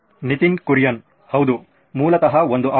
ನಿತಿನ್ ಕುರಿಯನ್ ಹೌದು ಮೂಲತಃ ಒಂದು ಆವೃತ್ತಿ